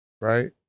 right